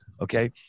Okay